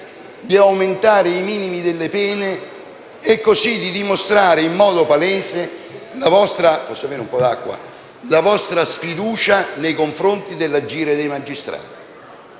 di aumentare i minimi delle pene e così di dimostrare in modo palese la vostra sfiducia nei confronti dell'agire dei magistrati.